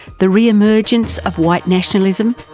the re-emergence of white nationalism,